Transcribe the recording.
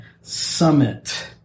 summit